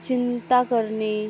चिंता करणे